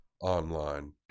online